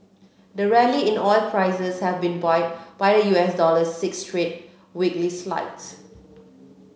the rally in oil prices has been buoyed by the U S dollar six straight weekly slides